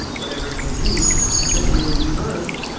whatever it may be. and then your rebirth